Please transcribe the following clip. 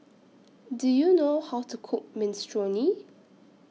Do YOU know How to Cook Minestrone